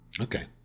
Okay